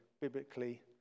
biblically